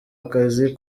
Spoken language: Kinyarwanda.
akazi